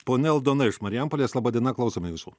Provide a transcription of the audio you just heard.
ponia aldona iš marijampolės laba diena klausome jūsų